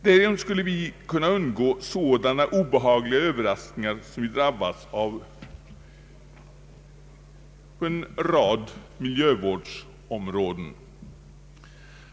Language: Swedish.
Därigenom skulle vi kunna undgå sådana obehagliga överraskningar, som vi drabbats av på en rad miljövårdsområden.